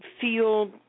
feel